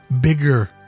bigger